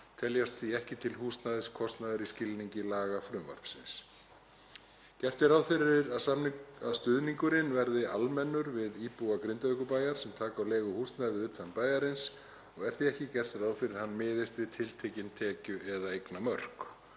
teljast því ekki til húsnæðiskostnaðar í skilningi laga frumvarpsins. Gert er ráð fyrir að stuðningurinn verði almennur við íbúa Grindavíkurbæjar sem taka á leigu húsnæði utan bæjarins og er því ekki gert ráð fyrir að hann miðist við tiltekin tekju- og eignamörk.